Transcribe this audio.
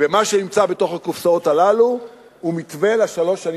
ומה שנמצא בתוך הקופסאות הללו הוא מתווה לשלוש השנים